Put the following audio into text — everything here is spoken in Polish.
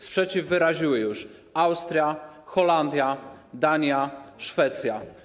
Sprzeciw wyraziły już Austria, Holandia, Dania, Szwecja.